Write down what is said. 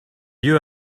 you